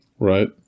Right